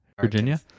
Virginia